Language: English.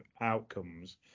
outcomes